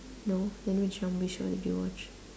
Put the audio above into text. no then which zombie show did you watch